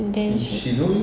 and then she